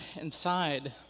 inside